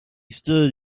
stood